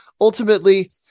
ultimately